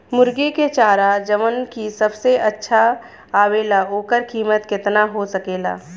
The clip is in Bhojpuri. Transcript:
मुर्गी के चारा जवन की सबसे अच्छा आवेला ओकर कीमत केतना हो सकेला?